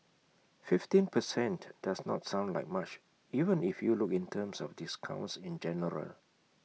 fifteen per cent does not sound like much even if you look in terms of discounts in general